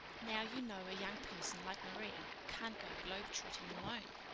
now, you know a young person like maria can't go globetrotting alone.